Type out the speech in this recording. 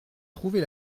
trouver